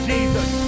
Jesus